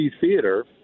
theater